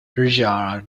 fujiwara